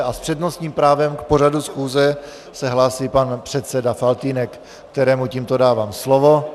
S přednostním právem k pořadu schůze se hlásí pan předseda Faltýnek, kterému tímto dávám slovo.